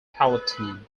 palatine